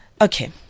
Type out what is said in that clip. Okay